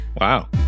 wow